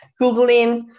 Googling